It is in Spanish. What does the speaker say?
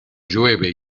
llueve